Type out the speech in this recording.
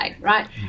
right